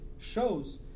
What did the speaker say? shows